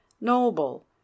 noble